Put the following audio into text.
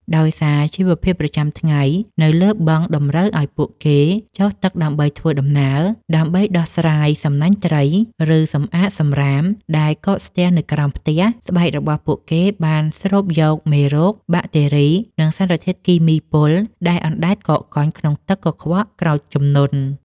ដោយសារជីវភាពប្រចាំថ្ងៃនៅលើបឹងតម្រូវឱ្យពួកគេចុះទឹកដើម្បីធ្វើដំណើរ ដោះស្រាយសំណាញ់ត្រី ឬសម្អាតសម្រាមដែលកកស្ទះនៅក្រោមផ្ទះ ស្បែករបស់ពួកគេបានស្រូបយកមេរោគ បាក់តេរី និងសារធាតុគីមីពុលដែលអណ្ដែតកកកុញក្នុងទឹកកខ្វក់ក្រោយជំនន់។